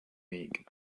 weg